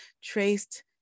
traced